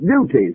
duties